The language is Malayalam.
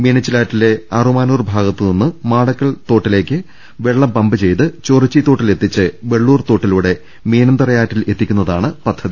മീന ച്ചിലാറ്റിലെ അറുമാനൂർ ഭാഗത്തുനിന്ന് മാടക്കൽ തോട്ടിലേക്ക് വെള്ളം പമ്പ് ചെയ്ത് ചൊറിച്ചി തോട്ടിലെത്തിച്ച് വെള്ളൂർ തോട്ടിലൂടെ മീനന്തറയാറ്റിലെ ത്തിക്കുന്നതാണ് പദ്ധതി